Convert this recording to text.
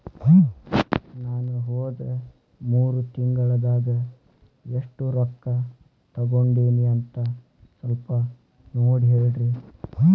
ನಾ ಹೋದ ಮೂರು ತಿಂಗಳದಾಗ ಎಷ್ಟು ರೊಕ್ಕಾ ತಕ್ಕೊಂಡೇನಿ ಅಂತ ಸಲ್ಪ ನೋಡ ಹೇಳ್ರಿ